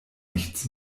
nichts